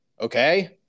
okay